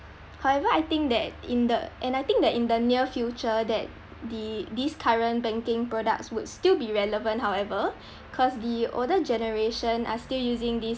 however I think that in the and I think that in the near future that the this current banking products would still be relevant however cause the older generation are still using this